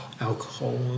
Alcohol